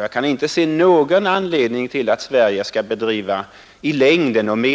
Jag kan inte se någon anledning till att Sverige i längden — och från regeringshåll